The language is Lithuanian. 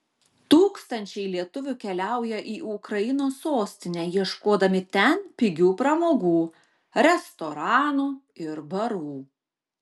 tūkstančiai lietuvių keliaują į ukrainos sostinę ieškodami ten pigių pramogų restoranų ir barų